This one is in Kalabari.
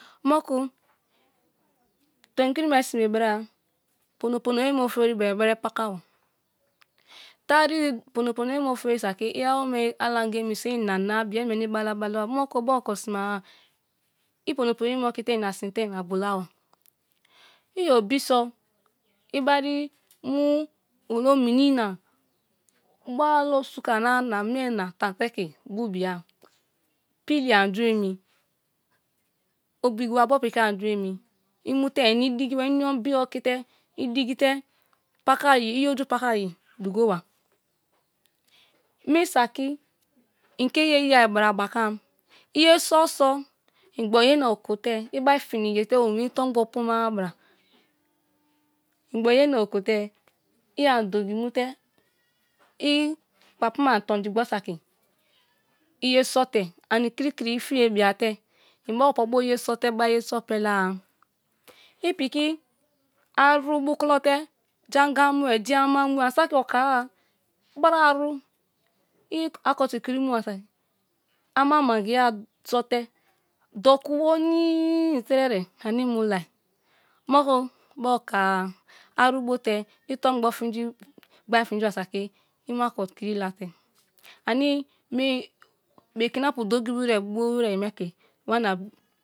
Moke tom'kiri me sime b'ra pono ponoye me ofori be bere pakaba tari pono pono ye me ofori saki awome alanga ȅmi so i ana bia i meni bala bala ba moku bari oko sime a i pono pono ye me oki te ina sin te inagbola ba. I obi so, i bari mu olominina b'ralala osuka na namie na tan te ke bu bia, pilla an jueme obi gua bo piki an ' an ju emi. I mu te-e in' idigi ba i ombie oki te i digi te pakar'e i oju pakar' e ougo a puma a b'ra in gbori iye na okwo te i an dogi mute ' i kpapu ma an' tonji gbor saki i ye so te ye so pele a. I piki aru bukulo te janga mu e jan ama mu-e an' sake oko-a bara aru i barkoti kiri mu 'a saki ama mangi-a sote doku weni i trere anie i mu lai, moku bar' oko-a, aru bote, i tomgbo finji gban finji bar' saki i mu har koti kiri late, anie mie bekin ' apu dogi bo wrer me ike wam' na